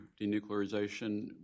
denuclearization